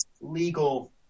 legal